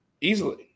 Easily